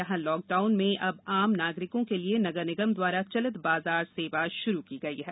यहां लॉकडाउन में अब आम नागरिकों के लिए नगरनिगम द्वारा चलित बाजार सेवा शुरू की गई है